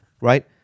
right